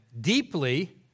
deeply